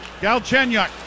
Galchenyuk